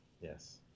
Yes